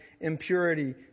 impurity